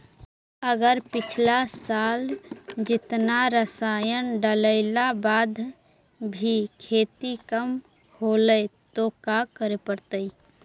अगर पिछला साल जेतना रासायन डालेला बाद भी खेती कम होलइ तो का करे पड़तई?